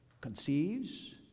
conceives